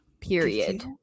Period